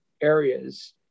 areas